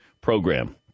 program